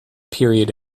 period